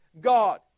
God